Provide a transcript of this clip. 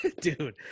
dude